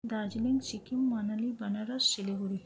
Darjeeling Sikkim Manali Benares Siliguri